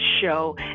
show